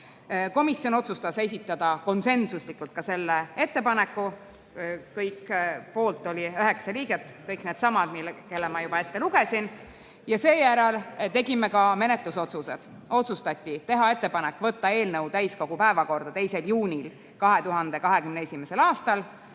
Komisjon otsustas esitada konsensuslikult ka selle ettepaneku. Poolt oli 9 liiget, kõik needsamad, kelle nimed ma juba ette lugesin. Seejärel tegime menetlusotsused. Otsustati teha ettepanek võtta eelnõu täiskogu päevakorda 2. juuniks 2021. aastal,